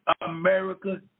America